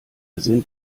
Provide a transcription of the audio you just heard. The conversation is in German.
sind